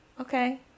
Okay